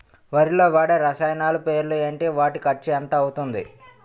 వరిలో వాడే రసాయనాలు పేర్లు ఏంటి? వాటి ఖర్చు ఎంత అవతుంది?